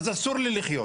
אז אסור לי לחיות.